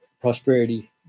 prosperity